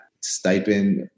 stipend